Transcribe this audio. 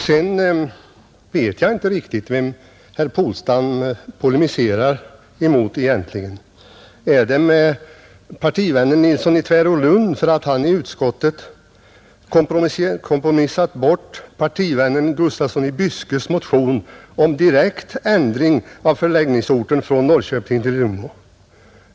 Sedan vet jag inte riktigt vem herr Polstam egentligen polemiserar emot, Är det emot partivännen Nilsson i Tvärålund för att han i utskottet kompromissat bort partivännen Gustafssons i Byske motion om direkt ändring av förläggningsorten från Norrköping till Umeå?